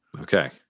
Okay